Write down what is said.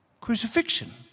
Crucifixion